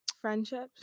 Friendships